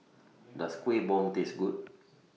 Does Kueh Bom Taste Good